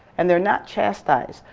and they're not chastised.